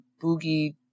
Boogie